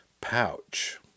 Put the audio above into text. pouch